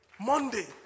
Monday